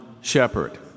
shepherd